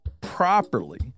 properly